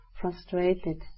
frustrated